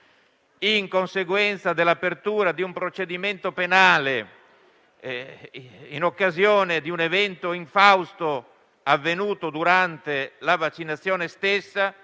in conseguenza dell'apertura di un procedimento penale in occasione di un evento infausto avvenuto durante la vaccinazione (che si